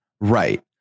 right